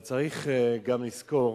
אבל צריך גם לזכור